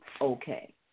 okay